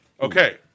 Okay